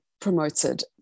promoted